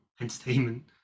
entertainment